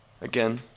again